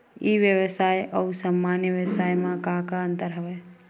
ई व्यवसाय आऊ सामान्य व्यवसाय म का का अंतर हवय?